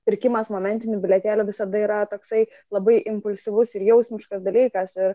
pirkimas momentinių bilietėlių visada yra toksai labai impulsyvus ir jausmiškas dalykas ir